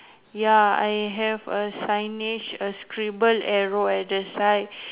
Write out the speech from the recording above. ya I have a signage a scribble arrow at the side